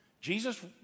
Jesus